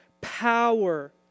power